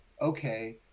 okay